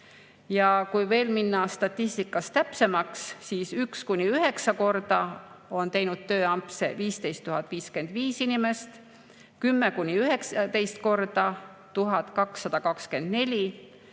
Kui minna statistikas veel täpsemaks, siis 1–9 korda on teinud tööampse 15 055 inimest, 10–19 korda 1224 inimest,